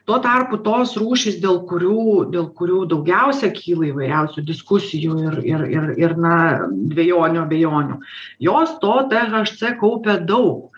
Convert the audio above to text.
tuo tarpu tos rūšys dėl kurių dėl kurių daugiausia kyla įvairiausių diskusijų ir ir ir ir na dvejonių abejonių jos to tė haš cė kaupia daug